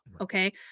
okay